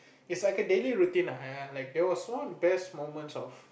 is like a daily routine lah I I it was one of the best moments of